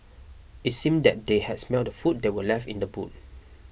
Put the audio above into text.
it seemed that they had smelt the food that were left in the boot